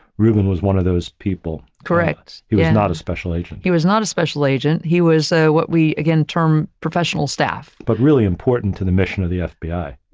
reuben was one of those people. correct. he was not a special agent. he was not a special agent. he was so what we again term professional staffrosenberg but really important to the mission of the fbi.